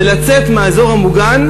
זה לצאת מהאזור המוגן,